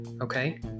Okay